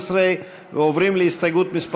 13. הסתייגות מס'